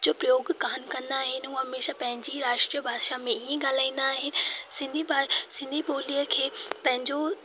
जो उपयोगु कान कंदा आहिनि उहे पंहिंजी राष्ट्रीय भाषा में ई ॻाल्हाईंदा आहिनि सिंधी भाषा सिंधी ॿोलीअ खे पंहिंजो